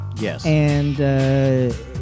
Yes